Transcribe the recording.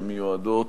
שמיועדות